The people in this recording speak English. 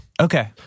Okay